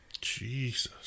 Jesus